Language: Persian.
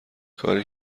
کاری